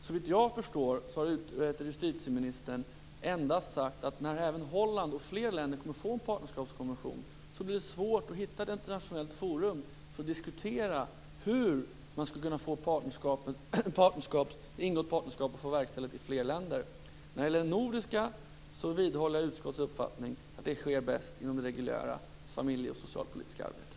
Såvitt jag förstår har justitieministern endast sagt att när även Holland och andra länder får en partnerskapskommission blir det svårt att hitta ett internationellt forum för att diskutera hur man skall kunna ingå partnerskap och få verkställighet i fler länder. När det gäller det nordiska arbetet vidhåller jag utskottets uppfattning att det sker bäst inom det reguljära familje och socialpolitiska arbetet.